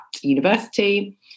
university